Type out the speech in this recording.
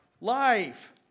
life